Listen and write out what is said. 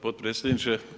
potpredsjedniče.